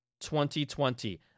2020